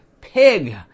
pig